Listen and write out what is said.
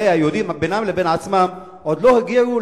והיום מעלים תחת פטריוטיזם מזויף כביכול שהם המציאו את